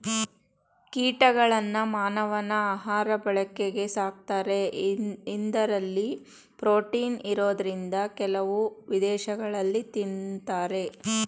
ಕೀಟಗಳನ್ನ ಮಾನವನ ಆಹಾಋ ಬಳಕೆಗೆ ಸಾಕ್ತಾರೆ ಇಂದರಲ್ಲಿ ಪ್ರೋಟೀನ್ ಇರೋದ್ರಿಂದ ಕೆಲವು ವಿದೇಶಗಳಲ್ಲಿ ತಿನ್ನತಾರೆ